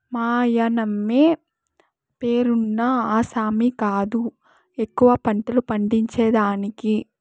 మాయన్నమే పేరున్న ఆసామి కాదు ఎక్కువ పంటలు పండించేదానికి